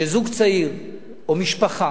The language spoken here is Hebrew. שזוג צעיר, או משפחה,